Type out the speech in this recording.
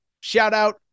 Shout-out